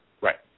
Right